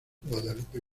guadalupe